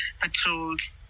patrols